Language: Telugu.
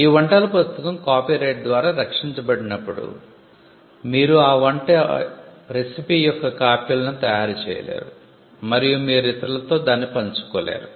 ఈ వంటల పుస్తకం కాపీరైట్ ద్వారా రక్షించబడినప్పుడు మీరు ఆ వంట రెసిపీ యొక్క కాపీలను తయారు చేయలేరు మరియు మీరు ఇతరులతో దాన్ని పంచుకోలేరు